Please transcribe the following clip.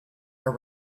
her